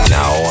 now